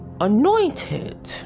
anointed